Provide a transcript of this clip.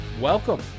Welcome